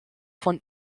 von